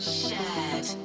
shared